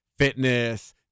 Fitness